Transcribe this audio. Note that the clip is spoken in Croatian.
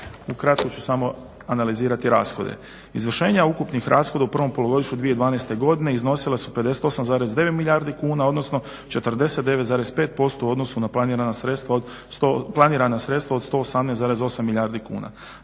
Ukratko ću samo analizirati rashode. Izvršenja ukupnih rashoda u prvom polugodištu 2012.godine iznosila su 58,9 milijardi kuna odnosno 49,5% u odnosu na planirana sredstva od 118,8 milijardi kuna.